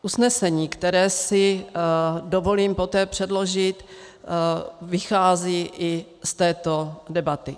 Usnesení, které si dovolím poté předložit, vychází i z této debaty.